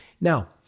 Now